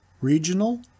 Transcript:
regional